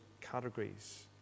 categories